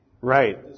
Right